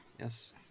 Yes